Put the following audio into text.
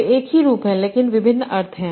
वे एक ही रूप हैं लेकिन विभिन्न अर्थ हैं